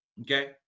Okay